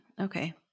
Okay